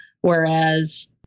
whereas